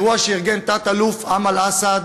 אירוע שארגן תת-אלוף אמל אסעד,